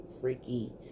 freaky